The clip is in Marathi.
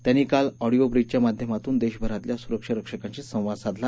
त्यांनी काल ऑडिओ ब्रीजच्या माध्यमातून देशभरातल्या सुरक्षा रक्षकांशी संवाद साधला